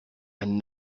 and